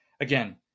again